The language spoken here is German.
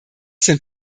sind